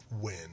win